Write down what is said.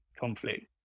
conflict